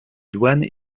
douanes